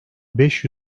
beş